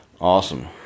awesome